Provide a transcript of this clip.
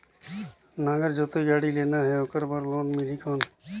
नागर जोते गाड़ी लेना हे ओकर बार लोन मिलही कौन?